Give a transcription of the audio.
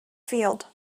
field